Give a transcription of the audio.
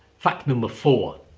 fact number four